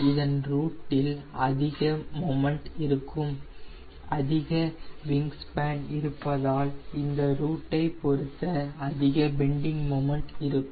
இதன் ரூட்டில் அதிகம் மொமன்ட் இருக்கும் அதிக விங் ஸ்பேன் இருப்பதால் இந்த ரூட்டை பொருத்த அதிக பெண்டிங் மொமன்ட் இருக்கும்